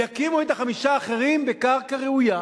יקימו את החמישה האחרים על קרקע ראויה,